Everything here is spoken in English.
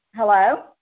Hello